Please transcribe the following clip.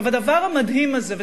הדבר המדהים הזה,